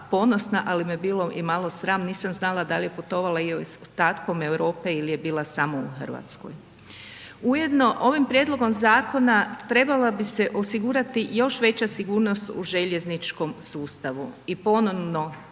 ali me bilo i malo sram nisam znala da li je putovala i ostatkom Europe ili je bila samo u Hrvatskoj. Ujedno, ovim prijedlogom zakona treba bi se osigurati još veća sigurnost u željezničkom sustavu i ponovno